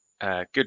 Good